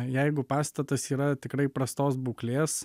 jeigu pastatas yra tikrai prastos būklės